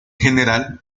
general